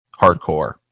Hardcore